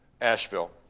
Asheville